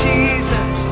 Jesus